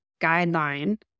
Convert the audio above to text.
guideline